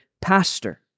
pastor